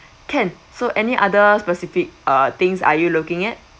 can so any other specific uh things are you looking at